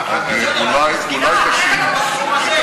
אני גם לא אומר שכן,